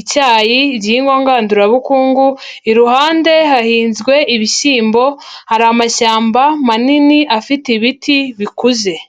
icyayi, igihingwa ngandurabukungu, iruhande hahinzwe ibishyimbo, hari amashyamba manini afite ibiti bikuze.